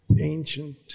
ancient